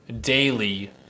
daily